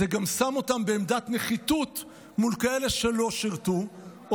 זה גם שם אותם בעמדת נחיתות מול כאלה שלא שירתו או